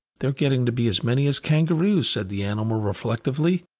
they're getting to be as many as kangaroos, said the animal reflectively,